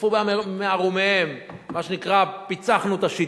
נחשפו במערומיהם, מה שנקרא פיצחנו את השיטה.